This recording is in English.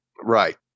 Right